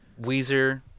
weezer